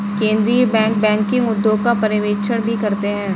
केन्द्रीय bank banking उद्योग का पर्यवेक्षण भी करते हैं